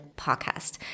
podcast